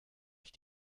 ich